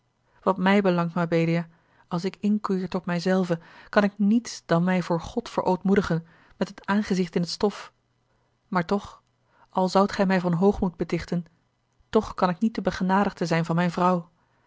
wat mij belangt mabelia als ik inkeer tot mij zelven kan ik niets dan mij voor god verootmoedigen met het aangezicht in het stof maar och al zoudt gij mij van hoogmoed betichten toch kan ik niet de begenadigde zijn van mijne vrouw